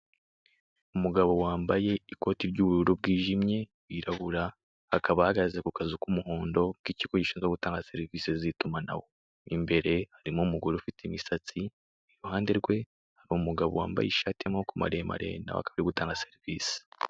Umugabo wambaye ikoti ry'ubururu bwijimye, wirabura akaba ahahagaze ku kazu k'umuhondo k'ikigo gishinzwe gutanga serivisi z'itumanaho, imbere harimo umugore ufite imisatsi, iruhande rwe hari umugabo wambaye ishati y'amaboko maremare na we akaba ari gutanga serivisi.